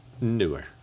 newer